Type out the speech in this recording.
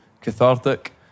cathartic